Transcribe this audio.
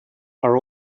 are